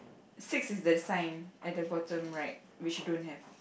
six is the sign at the bottom right which you don't have